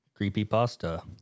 Creepypasta